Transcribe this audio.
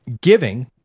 Giving